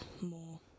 more